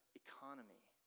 economy